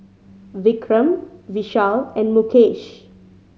Vikram Vishal and Mukesh